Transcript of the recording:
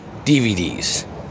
DVDs